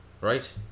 right